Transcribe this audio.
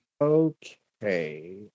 Okay